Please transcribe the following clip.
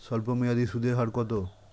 স্বল্পমেয়াদী সুদের হার কত?